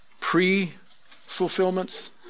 pre-fulfillments